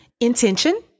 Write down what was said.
intention